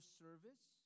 service